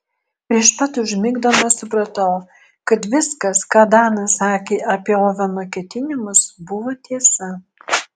prieš pat užmigdamas supratau kad viskas ką danas sakė apie oveno ketinimus buvo tiesa